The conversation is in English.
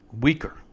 Weaker